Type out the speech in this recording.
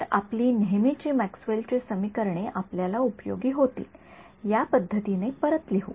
तर आपली नेहमीची मॅक्सवेलची समीकरणे आपल्याला उपयोगी होतील या पद्धतीने परत लिहू